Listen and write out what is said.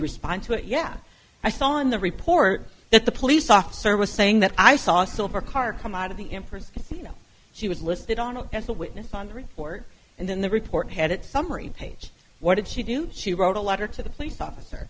respond to it yeah i saw in the report that the police officer was saying that i saw a silver car come out of the inference you know she was listed on a as a witness on the report and then the report had it summary page what did she do she wrote a letter to the police officer